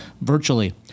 virtually